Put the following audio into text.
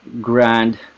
grand